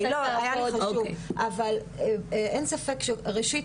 אבל אין ספק שראשית,